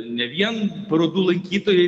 ne vien parodų lankytojai